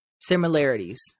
Similarities